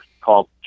called